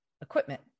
equipment